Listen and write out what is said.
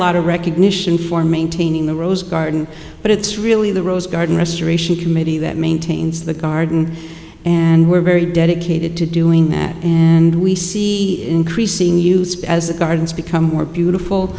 lot of recognition for maintaining the rose garden but it's really the rose garden restoration committee that maintains the garden and we're very dedicated to doing that and we see increasing as the gardens become more beautiful